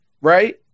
right